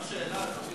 אפשר שאלה,